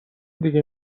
دیگه